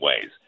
ways